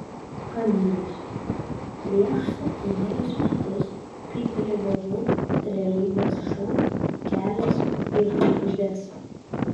andrius prieš septynerius metus kai dalyvavau realybės šou kelias į žvaigždes